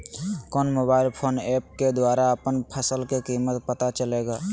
कौन mobile phone app के द्वारा अपन फसल के कीमत पता चलेगा?